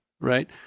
right